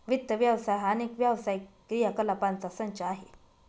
वित्त व्यवसाय हा अनेक व्यावसायिक क्रियाकलापांचा संच आहे